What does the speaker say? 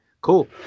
cool